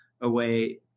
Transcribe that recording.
away